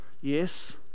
Yes